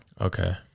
Okay